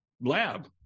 lab